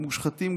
הם מושחתים,